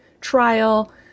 trial